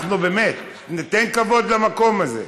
באמת, ניתן כבוד למקום הזה.